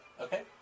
Okay